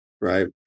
right